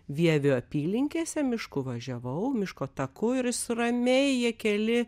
vievio apylinkėse mišku važiavau miško taku ir jis ramiai jie keli